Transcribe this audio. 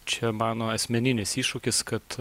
čia mano asmeninis iššūkis kad